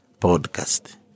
podcast